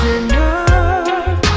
enough